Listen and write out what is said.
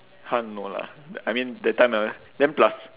!huh! no lah I mean that time ah then plus